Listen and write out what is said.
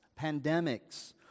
pandemics